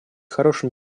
хорошим